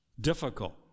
Difficult